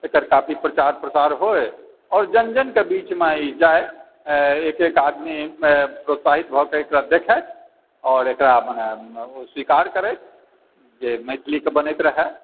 एकर काफी प्रचार प्रसार होय आओर जन जनके बीचमे ई जाय एक एक आदमी प्रोत्साहित भऽ कऽ एकरा देखै आओर एकरा स्वीकार करै जे मैथिलीके बनैत रहै